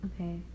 Okay